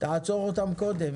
תעצור אותם קודם.